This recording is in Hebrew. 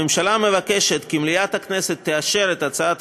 הממשלה מבקשת כי מליאת הכנסת תאשר את הצעת